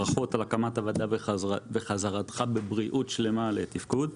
ברכות על הקמת הוועדה וחזרתך בבריאות שלמה לתפקוד.